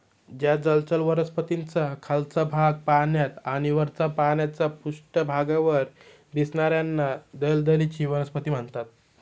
ज्या जलचर वनस्पतींचा खालचा भाग पाण्यात आणि वरचा भाग पाण्याच्या पृष्ठभागावर दिसणार्याना दलदलीची वनस्पती म्हणतात